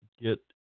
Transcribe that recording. get